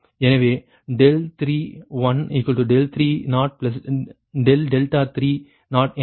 936 degree 2 2∆2 33∆3 V2 V2∆V2 எனவே 33∆3